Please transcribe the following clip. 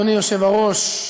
אדוני היושב-ראש,